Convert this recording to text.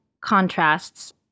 contrasts